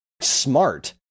smart